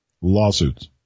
lawsuits